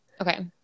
okay